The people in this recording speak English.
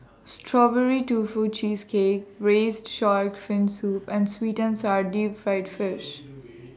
Strawberry Tofu Cheesecake Braised Shark Fin Soup and Sweet and Sour Deep Fried Fish